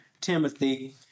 Timothy